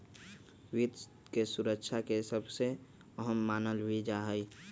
वित्त के सुरक्षा के सबसे अहम मानल भी जा हई